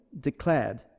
declared